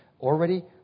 already